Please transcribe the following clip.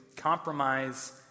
compromise